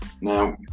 Now